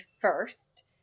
first